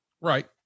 Right